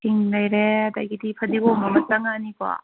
ꯁꯤꯡ ꯂꯩꯔꯦ ꯑꯗꯒꯤꯗꯤ ꯐꯗꯤꯒꯣꯝ ꯑꯃ ꯆꯉꯛꯑꯅꯤꯀꯣ